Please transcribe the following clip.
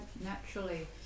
naturally